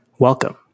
Welcome